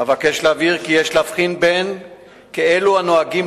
אבקש להבהיר כי יש להבחין בין כאלו הנוהגים